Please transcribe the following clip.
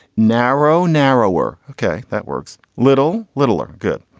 narrow, narrower, ok, that works. little, little or good.